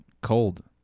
cold